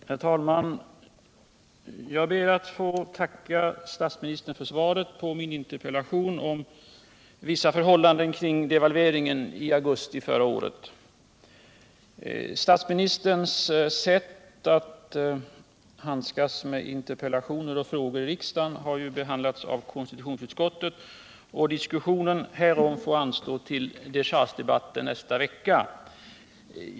Herr talman! Jag ber att få tacka statsministern för svaret på min interpellation om vissa förhållanden beträffande devalveringen i augusti förra året. Statsministerns sätt att handskas med interpellationer och frågor i riksdagen har behandlats av konstitutionsutskottet. Diskussionen härom får anstå till dechargedebatten nästa vecka.